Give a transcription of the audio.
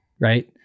Right